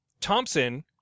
Thompson